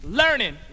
learning